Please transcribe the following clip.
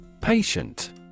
Patient